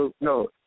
No